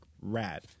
rad